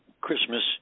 Christmas